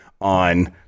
on